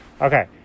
Okay